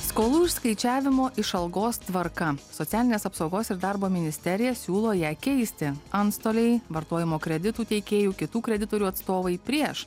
skolų išskaičiavimo iš algos tvarka socialinės apsaugos ir darbo ministerija siūlo ją keisti antstoliai vartojimo kreditų teikėjų kitų kreditorių atstovai prieš